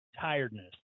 tiredness